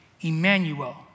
Emmanuel